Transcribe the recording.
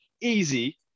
easy